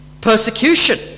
persecution